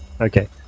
Okay